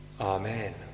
Amen